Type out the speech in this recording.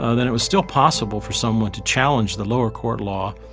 ah then it was still possible for someone to challenge the lower court law.